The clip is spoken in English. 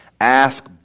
Ask